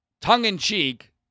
tongue-in-cheek